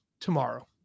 tomorrow